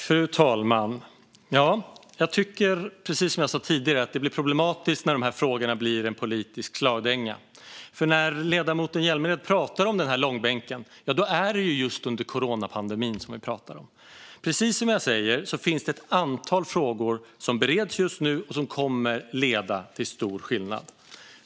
Fru talman! Jag tycker precis som jag sa tidigare att det blir problematiskt när de här frågorna blir en politisk slagdänga. När ledamoten Hjälmered pratar om långbänk är det ju tiden under just coronapandemin som vi pratar om. Precis som jag säger finns det ett antal frågor som bereds just nu och som kommer att göra stor skillnad.